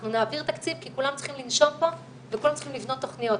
אנחנו נעביר תקציב כי כולם צריכים לנשום פה וכולם צריכים לבנות תכניות.